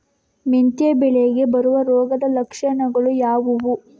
ಮೆಂತೆ ಬೆಳೆಗೆ ಬರುವ ರೋಗದ ಲಕ್ಷಣಗಳು ಯಾವುದು?